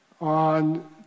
on